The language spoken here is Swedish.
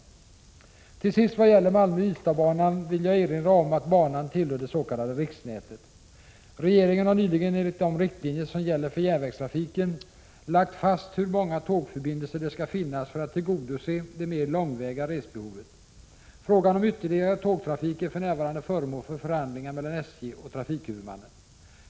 I Till sist vad gäller Malmö-Ystad-banan vill jag erinra om att banan tillhör det s.k. riksnätet. Regeringen har nyligen enligt de riktlinjer som gäller för järnvägstrafiken lagt fast hur många tågförbindelser det skall finnas för att tillgodose det mer långväga resbehovet. Frågan om ytterligare tågtrafik är för närvarande föremål för förhandlingar mellan SJ och trafikhuvudmannen.